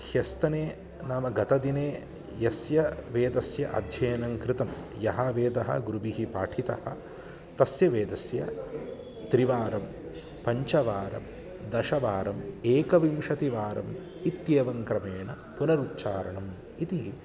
ह्यस्तने नाम गतदिने यस्य वेदस्य अध्ययनं कृतं यः वेदः गुरुभिः पाठितः तस्य वेदस्य त्रिवारं पञ्चवारं दशवारम् एकविंशतिवारम् इत्येवं क्रमेण पुनरुच्चारणम् इति